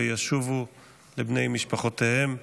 והם ישובו לבני משפחותיהם.